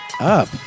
up